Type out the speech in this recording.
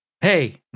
Hey